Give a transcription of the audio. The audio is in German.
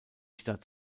stadt